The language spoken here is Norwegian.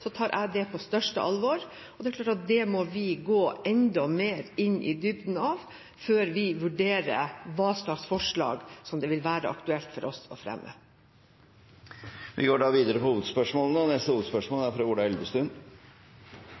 tar jeg naturligvis det på største alvor. Det er klart at det må vi gå enda mer inn i dybden av før vi vurderer hva slags forslag som det vil være aktuelt for oss å fremme. Vi går videre til neste hovedspørsmål. Mitt spørsmål går til olje- og